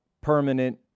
permanent